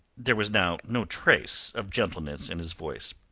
there was now no trace of gentleness in his voice.